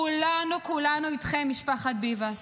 כולנו כולנו אתכם, משפחת ביבס,